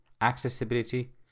accessibility